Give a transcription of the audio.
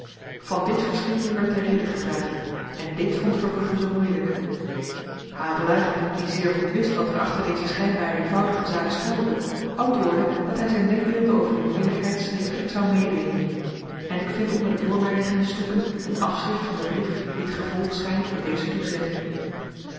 van dit verschil nu werd de reden gevraagd en dit vond verbrugge zoo moeielyk havelaar die zeer goed wist wat er achter deze schynbaar eenvoudige zaak schuilde antwoordde dat hy zyn denkbeelden over die moeielykheid schriftelyk zou meedeelen en ik vind onder de voor my liggende stukken een afschrift van den brief die t gevolg schynt van deze toezegging